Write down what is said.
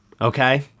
Okay